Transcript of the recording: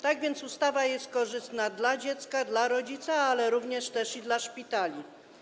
Tak więc ustawa jest korzystna dla dziecka, dla rodzica, ale również i dla szpitali.